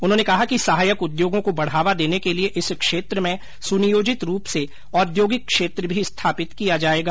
उन्होंने कहा कि सहायक उद्योगों को बढ़ावा देने के लिए इस क्षेत्र में सुनियोजित रूप से औद्योगिक क्षेत्र भी स्थापित किया जाएगा